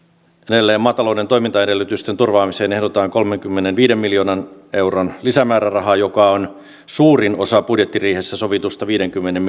edelleen maatalouden toimintaedellytysten turvaamiseen ehdotetaan kolmenkymmenenviiden miljoonan euron lisämäärärahaa joka on suurin osa budjettiriihessä sovitusta viidenkymmenen